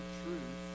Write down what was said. truth